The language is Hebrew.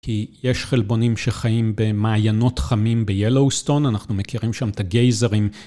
כי יש חלבונים שחיים במעיינות חמים ב-Yellowstone, אנחנו מכירים שם את הגייזרים.